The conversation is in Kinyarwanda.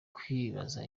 kwibaza